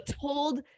told